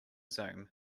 zoom